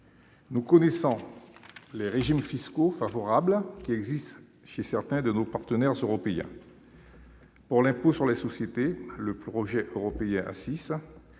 Nous connaissons les régimes fiscaux favorables de certains de nos partenaires européens. Pour l'impôt sur les sociétés, le projet européen